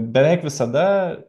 beveik visada